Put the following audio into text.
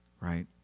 Right